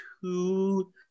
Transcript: two